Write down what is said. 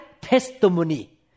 testimony